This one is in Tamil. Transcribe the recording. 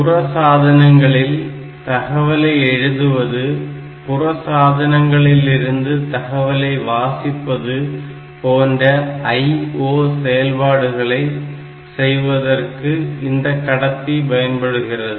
புற சாதனங்களில் தகவலை எழுதுவது புற சாதனங்களிலிருந்து தகவலை வாசிப்பது போன்ற IO செயல்பாடுகளை செய்வதற்கு இந்த கடத்தி பயன்படுகிறது